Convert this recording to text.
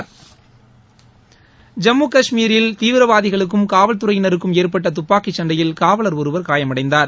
ஐம்மு கஷ்மீரில் தீவிரவாதிகளுக்கும் காவல்துறையினருக்கும் ஏற்பட்டதுப்பாக்கிசண்டையில் காவலர் ஒருவர் காயமடைந்தார்